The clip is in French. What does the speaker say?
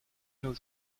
nos